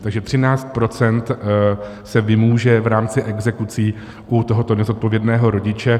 Takže 13 % se vymůže v rámci exekucí u tohoto nezodpovědného rodiče.